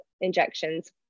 injections